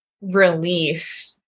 relief